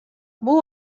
бул